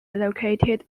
located